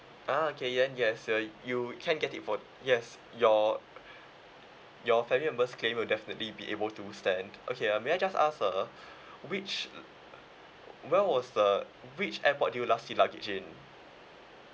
ah okay then yes you you can get it for yes your your family members claim will definitely be able to okay uh may I just ask uh which when was the which airport do you last see your luggage in